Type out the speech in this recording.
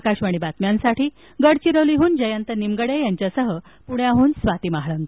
आकाशवाणी बातम्यांसाठी गडचिरोलीहन जयंत निमगडे यांच्यासह प्ण्याहन स्वाती महाळंक